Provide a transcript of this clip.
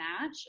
match